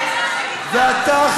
אתה,